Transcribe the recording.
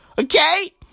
Okay